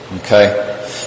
Okay